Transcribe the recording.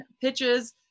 pitches